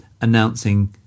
announcing